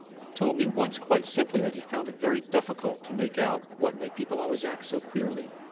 told me once quite simply that he found it very difficult to make out what made people always act so queerly.